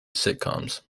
sitcoms